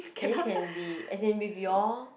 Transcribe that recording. at least can be as in with you all